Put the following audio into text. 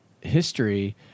history